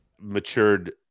Matured